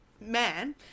man